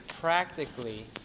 practically